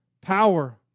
power